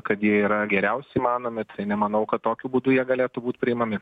kad jie yra geriausi įmanomi nemanau kad tokiu būdu jie galėtų būt priimami